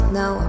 no